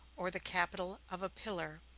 or the capital of a pillar,